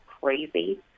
crazy